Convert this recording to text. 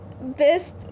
best